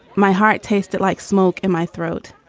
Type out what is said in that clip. my heart tasted like smoke in my throat